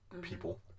people